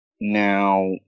Now